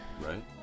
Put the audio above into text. Right